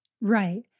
Right